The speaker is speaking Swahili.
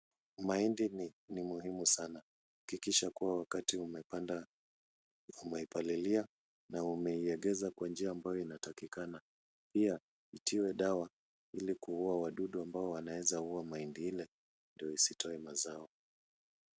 Mahindi ni muhimu sana, hakikisha kuwa wakati umepanda umeipalilia na umeiegeza kwa njia ambayo inatakikana. Pia itiwe dawa ili kuua wadudu ambao wanaweza kuua mahindi ile ndio isitoe mazao.